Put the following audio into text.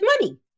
money